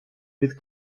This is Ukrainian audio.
від